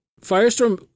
Firestorm